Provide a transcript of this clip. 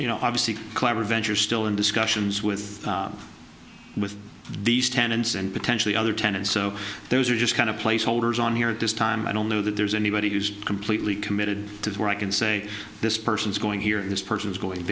you know obviously clever venture still in discussions with with these tenants and potentially other tenants so those are just kind of placeholders on here at this time i don't know that there's anybody who's completely committed to where i can say this person is going here and this person is going